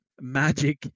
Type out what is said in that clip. Magic